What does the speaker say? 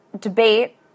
debate